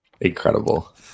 Incredible